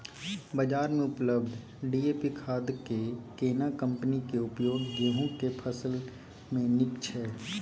बाजार में उपलब्ध डी.ए.पी खाद के केना कम्पनी के उपयोग गेहूं के फसल में नीक छैय?